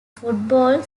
football